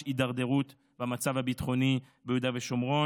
הידרדרות במצב הביטחוני ביהודה ושומרון,